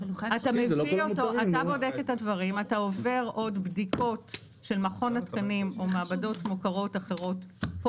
אתה עובר עוד בדיקות של מכון התקנים או מעבדות מוכרות אחרות.